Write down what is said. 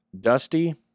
Dusty